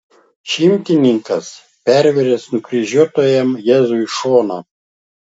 šimtininkas pervėręs nukryžiuotam jėzui šoną